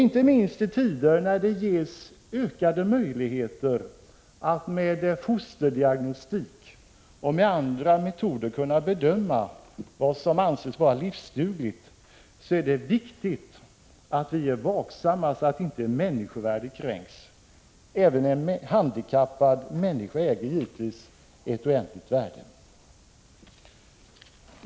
Inte minst i tider när det ges ökade möjligheter att med fosterdiagnostik och andra metoder bedöma vad som anses kunna vara livsdugligt, är det viktigt att vi är vaksamma, så att inte människovärdet kränks. Även en handikappad människa äger givetvis ett oändligt värde.